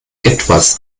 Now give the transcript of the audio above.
etwas